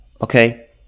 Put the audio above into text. okay